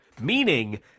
meaning